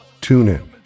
TuneIn